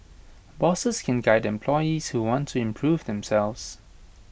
bosses can guide employees who want to improve themselves